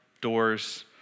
doors